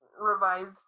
revised